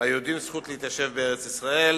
ליהודים זכות להתיישב בארץ-ישראל,